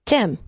Tim